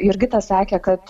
jurgita sakė kad